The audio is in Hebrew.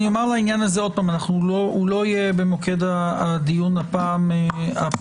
אני אומר עוד פעם לעניין הזה שהוא לא יהיה במוקד הדיון הפעם הזאת,